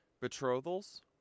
betrothals